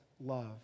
love